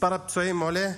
מספר הפצועים עולה,